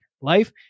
life